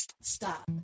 Stop